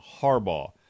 Harbaugh